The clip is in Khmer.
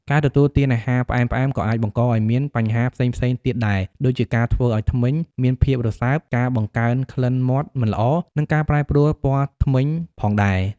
ការទទួលទានអាហារផ្អែមៗក៏អាចបង្កឱ្យមានបញ្ហាផ្សេងៗទៀតដែរ ដូចជាការធ្វើឱ្យធ្មេញមានភាពរសើប ការបង្កើនក្លិនមាត់មិនល្អ និងការប្រែប្រួលពណ៌ធ្មេញផងដែរ។